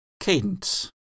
Cadence